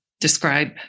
describe